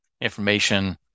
information